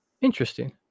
Interesting